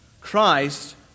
Christ